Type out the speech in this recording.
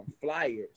flyers